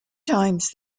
times